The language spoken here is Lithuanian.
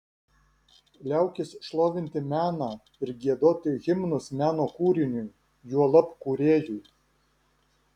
liaukis šlovinti meną ir giedoti himnus meno kūriniui juolab kūrėjui